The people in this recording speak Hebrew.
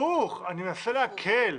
ברור, אני מנסה להקל.